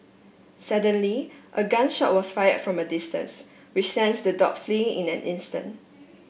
suddenly a gun shot was fire from a distance which sends the dog flee in an instant